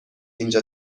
اینجا